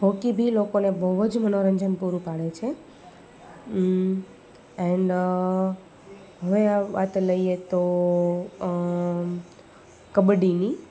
hockey બી લોકોને બહુ જ મનોરંજન પૂરું પાડે છે એન્ડ હવે વાત લઈએ તો કબડ્નીડી